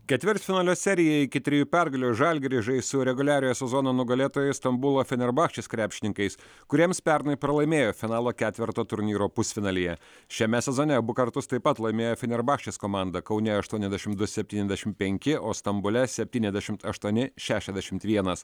ketvirtfinalio serijoje iki trijų pergalių žalgiris žais su reguliariojo sezono nugalėtojais stambulo fenerbahčės krepšininkais kuriems pernai pralaimėjo finalo ketverto turnyro pusfinalyje šiame sezone abu kartus taip pat laimėjo fenerbahčės komanda kaune aštuoniasdešim du septyniasdešimt penki o stambule septyniasdešimt aštuoni šešiasdešimt vienas